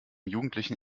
jugendlichen